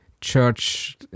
church